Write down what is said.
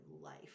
life